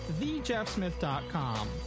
thejeffsmith.com